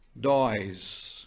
dies